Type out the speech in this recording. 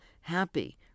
happy